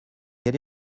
quel